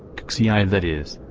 cxcii that is,